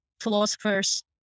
philosophers